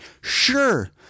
Sure